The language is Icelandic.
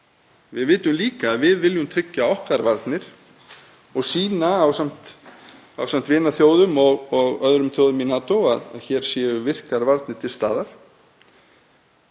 Við vitum einnig að við viljum tryggja varnir okkar og sýna, ásamt vinaþjóðum og öðrum þjóðum í NATO, að hér séu virkar varnir til staðar.